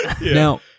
Now